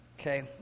Okay